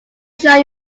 show